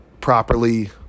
properly